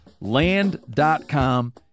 Land.com